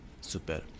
Super